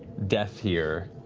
death here.